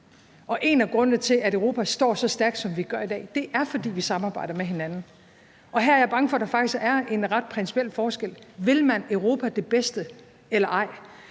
En af grundene til, at Europa står så stærkt, som vi står i dag, er, at vi samarbejder med hinanden. Her er jeg bange for, at der faktisk er en ret principiel forskel. Vil man Europa det bedste eller ej?